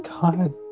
God